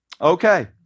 Okay